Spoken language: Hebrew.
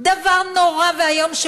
דבר נורא ואיום,